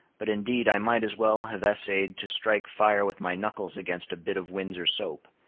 but indeed i might as well have essayed to strike fire with my knuckles against a bit of windsor soap.